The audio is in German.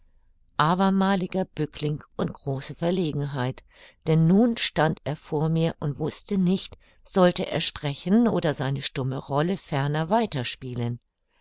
abermaliger bückling und große verlegenheit denn nun stand er vor mir und wußte nicht sollte er sprechen oder seine stumme rolle ferner